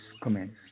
comments